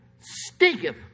stinketh